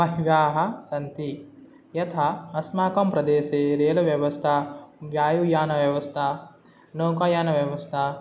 बहवः सन्ति यथा अस्माकं प्रदेशे रैल् व्यवस्था वायुयानव्यवस्था नौकायानव्यवस्था